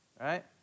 right